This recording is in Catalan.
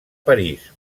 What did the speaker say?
parís